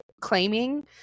claiming